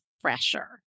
fresher